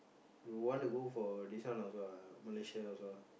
you want to go for this one also ah Malaysia also ah